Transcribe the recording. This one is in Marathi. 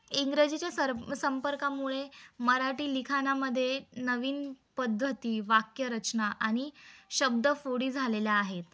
इंग्रजीच्या सरप संपर्कामुळे मराठी लिखाणामध्ये नवीन पद्धती वाक्यरचना आणि शब्द फोडी झालेल्या आहेत